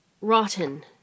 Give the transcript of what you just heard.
rotten